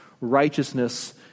righteousness